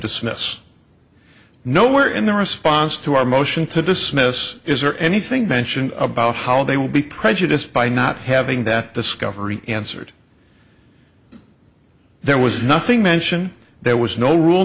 dismiss nowhere in their response to our motion to dismiss is there anything mentioned about how they will be prejudiced by not having that discovery answered there was nothing mention there was no rule